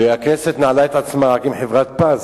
והכנסת נעלה את עצמה רק עם חברת "פז",